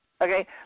okay